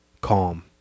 calm